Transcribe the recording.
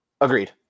agreed